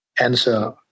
answer